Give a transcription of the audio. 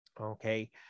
Okay